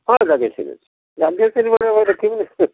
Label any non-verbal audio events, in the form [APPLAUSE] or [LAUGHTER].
ହଁ ଯାଜ୍ଞସିନୀ ଅଛି ଯାଜ୍ଞସିନୀ ବହି [UNINTELLIGIBLE] ମୁଁ ରଖିବିନି